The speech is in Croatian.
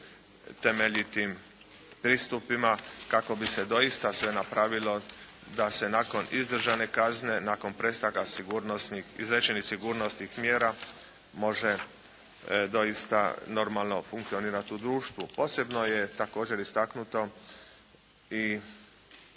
temeljitim pristupima kako bi se doista sve napravila da se nakon izdržane kazne, nakon prestanka izrečenih sigurnosnih mjera može doista normalno funkcionirat u društvu. Posebno je također istaknuto i